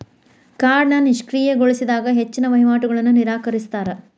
ಕಾರ್ಡ್ನ ನಿಷ್ಕ್ರಿಯಗೊಳಿಸಿದಾಗ ಹೆಚ್ಚಿನ್ ವಹಿವಾಟುಗಳನ್ನ ನಿರಾಕರಿಸ್ತಾರಾ